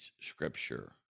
Scripture